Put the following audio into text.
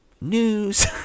news